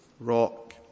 rock